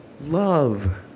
Love